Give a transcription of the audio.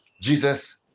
jesus